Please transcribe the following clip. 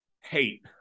hate